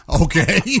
Okay